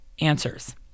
answers